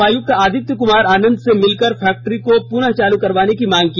उपायुक्त आदित्य कुमार आनंद से मिलकर फैक्ट्री को पुनः चालू करवाने की मांग की